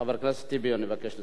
חבר הכנסת טיבי, אני מבקש לסיים.